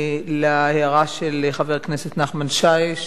להערה של חבר הכנסת נחמן שי,